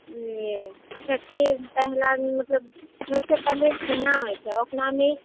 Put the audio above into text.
वुझलियै छठि के पहिला दिन मतलब सबसे पहिले खरना होइ छै ओकरामे